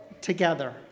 Together